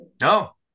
no